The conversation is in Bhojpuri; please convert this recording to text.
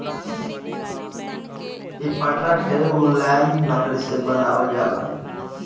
इ पटरा ढेरे मुलायम लकड़ी से बनावल जाला